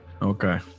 okay